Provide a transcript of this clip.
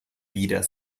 wieder